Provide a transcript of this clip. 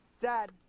Dad